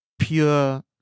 pure